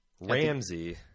Ramsey